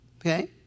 Okay